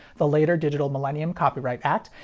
the later digital millennium copyright act,